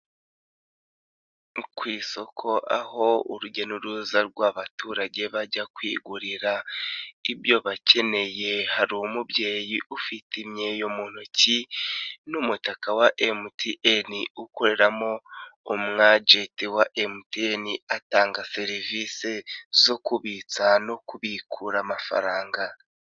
Ku isoko aho urugendo n'uruza rw'abaturage bajya kwigurira, ibyo bakeneye, hari umubyeyi ufite imyeyomu ntoki n'umutaka wa MTN, ukoreramo umwajenti wa MTN, atanga serivisi zo kubitsa no kubikura amafaranga.